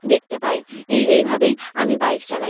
দেখতে পাই এই এইভাবেই আমি বাইক চালাই